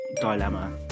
dilemma